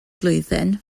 blwyddyn